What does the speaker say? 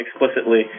explicitly